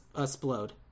explode